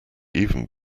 even